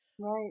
Right